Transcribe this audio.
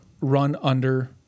run-under